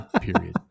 Period